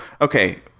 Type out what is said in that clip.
Okay